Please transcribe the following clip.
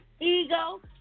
ego